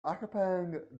occupying